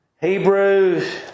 Hebrews